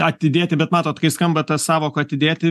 atidėti bet matot kai skamba ta sąvoka atidėti